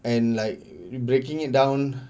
and like breaking it down